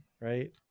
right